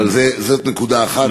זאת נקודה אחת.